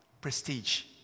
Prestige